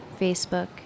Facebook